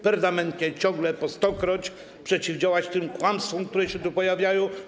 Permanentnie, ciągle, po stokroć należy przeciwdziałać tym kłamstwom, które się tu pojawiają.